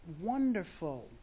wonderful